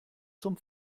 zum